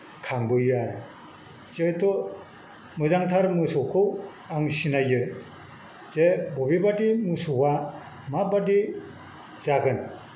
खांबोयो आरो जिहेतु मोजांथार मोसौखौ आं सिनायो जे बबे बायदि मोसौआ माबादि जागोन